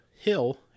hill